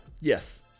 Yes